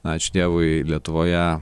ačiū dievui lietuvoje